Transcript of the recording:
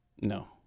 no